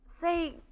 Say